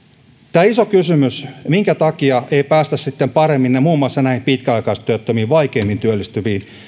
tämä iso kysymys siitä minkä takia ei päästä sitten paremmin muun muassa näihin pitkäaikaistyöttömiin ja vaikeimmin työllistyviin ja